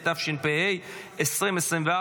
התשפ"ה 2024,